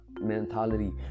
mentality